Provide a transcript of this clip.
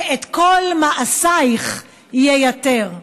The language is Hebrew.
שאת כל מעשייך ייתר.